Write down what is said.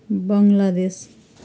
Bangladesh